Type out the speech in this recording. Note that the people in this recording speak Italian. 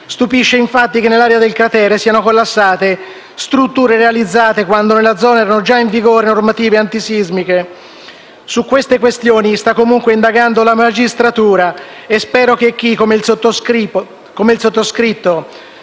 Stupisce, infatti, che nell'area del cratere siano collassate strutture realizzate quando nella zona erano già in vigore normative antisismiche. Su queste questioni sta comunque indagando la magistratura e spero che chi, come il sottoscritto,